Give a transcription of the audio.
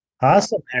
awesome